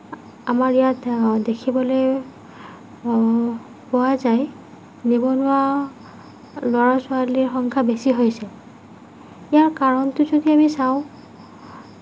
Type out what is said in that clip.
আমাৰ ইয়াত দেখিবলৈ পোৱা যায় নিবনুৱা ল'ৰা ছোৱালীৰ সংখ্যা বেছি হৈছে ইয়াৰ কাৰণটো যদি আমি চাওঁ